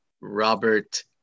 Robert